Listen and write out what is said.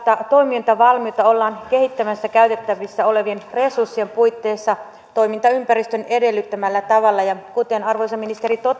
toimintavalmiutta ollaan kehittämässä käytettävissä olevien resurssien puitteissa toimintaympäristön edellyttämällä tavalla ja kuten arvoisa ministeri